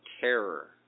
terror